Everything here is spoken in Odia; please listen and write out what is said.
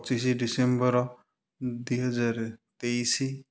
ପଚିଶି ଡିସେମ୍ବର ଦୁଇ ହଜାର ତେଇଶି